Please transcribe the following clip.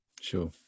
sure